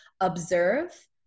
observe